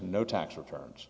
no tax returns